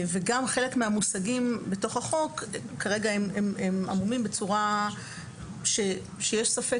גם חלק מהמושגים בתוך החוק כרגע הם עמומים בצורה שיש ספק